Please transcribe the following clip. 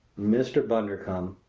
mr. bundercombe!